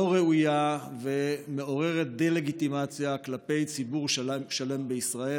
לא ראויה ומעוררת דה-לגיטימציה כלפי ציבור שלם בישראל,